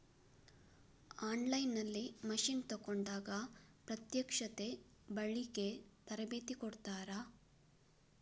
On line ನಲ್ಲಿ machine ತೆಕೋಂಡಾಗ ಪ್ರತ್ಯಕ್ಷತೆ, ಬಳಿಕೆ, ತರಬೇತಿ ಕೊಡ್ತಾರ?